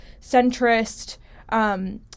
centrist